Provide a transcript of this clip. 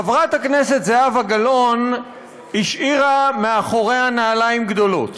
חברת הכנסת זהבה גלאון השאירה מאחוריה נעליים גדולות,